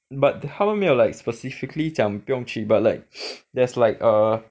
but 他们没有 like specifically 讲不用去 but like there's like a